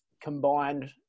combined